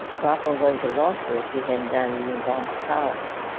far from going to law school, if she hadn't done even gone to college.